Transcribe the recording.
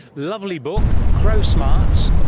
lovely book, crow smarts,